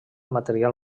material